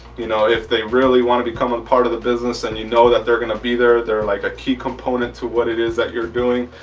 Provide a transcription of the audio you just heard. you know if they really want to become a part of the business and you know that they're gonna be there. they're like a key component to what it is that you're doing.